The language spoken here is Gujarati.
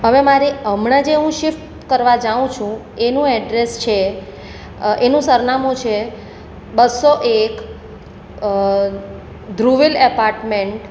હવે મારે હમણાં જે હું શિફ્ટ કરવા જાઉં છું એનું એડ્રેસ છે એનું સરનામું છે બસો એક ધ્રુવીલ એપાર્ટમેન્ટ